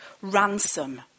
ransom